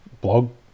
Blog